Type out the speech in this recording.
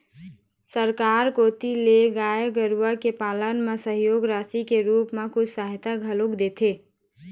सरकार कोती ले गाय गरुवा के पालन म सहयोग राशि के रुप म कुछ सहायता घलोक देथे